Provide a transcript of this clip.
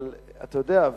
אבל אתה יודע,